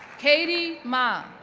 katy ma,